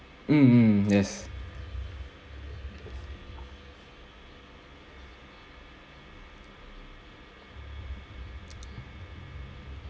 mm mm yes